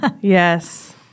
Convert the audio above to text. yes